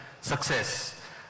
success